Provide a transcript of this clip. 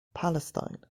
palestine